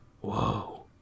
Whoa